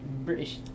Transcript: British